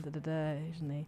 tai tada žinai